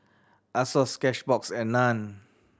Asos Cashbox and Nan